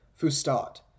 Fustat